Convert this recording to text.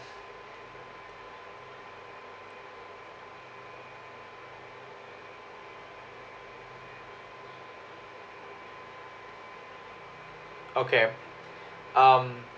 okay um